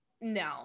no